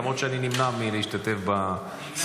למרות שאני נמנע מלהשתתף בשיח.